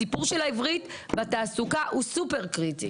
הסיפור של העברית והתעסוקה, הוא סופר קריטי.